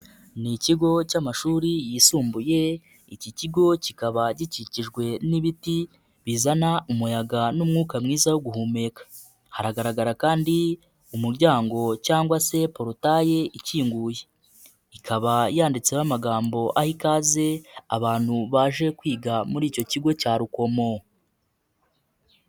Ni ikigo cy'amashuri yisumbuye iki kigo kikaba gikikijwe n'ibiti bizana umuyaga n'umwuka mwiza wo guhumeka. Haragaragara kandi umuryango cyangwa se porotaye ikinguye. Ikaba yanditseho amagambo aha ikaze abantu baje kwiga muri icyo kigo cya Rukomo.